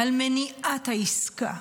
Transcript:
על מניעת העסקה,